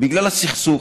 בגלל הסכסוך,